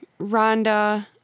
Rhonda